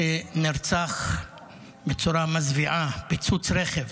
שנרצח בצורה מזוויעה מפיצוץ רכב